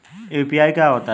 UPI क्या होता है?